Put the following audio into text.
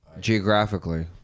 geographically